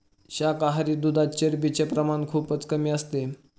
शाकाहारी दुधात चरबीचे प्रमाण खूपच कमी असते